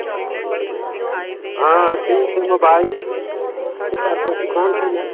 बाईस हाँ ठीक है मोबाइल दुकान है ना